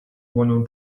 dłonią